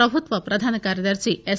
ప్రభుత్వ ప్రధాన కార్యదర్శి ఎస్